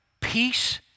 peace